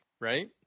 right